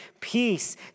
peace